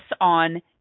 on